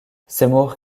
seymour